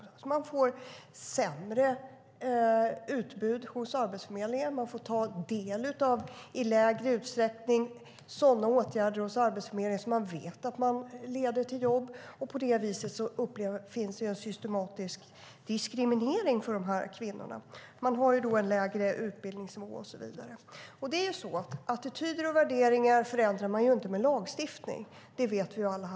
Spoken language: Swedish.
Dessa kvinnor får sämre utbud hos Arbetsförmedlingen. De får i lägre utsträckning ta del av de åtgärder hos Arbetsförmedlingen som man vet leder till jobb. På detta vis finns en systematisk diskriminering av dessa kvinnor. De har en lägre utbildningsnivå och så vidare. Attityder och värderingar förändrar man inte med lagstiftning; det vet vi alla.